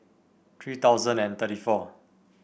three thousand and thirty four